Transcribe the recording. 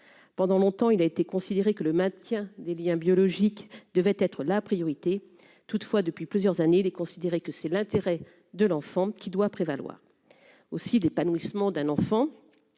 pendant longtemps il a été considéré que le maintien des Liens biologiques devait être la priorité toutefois depuis plusieurs années les considérer que c'est l'intérêt de l'enfant qui doit prévaloir aussi l'épanouissement d'un enfant